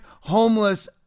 homeless